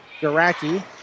Garaki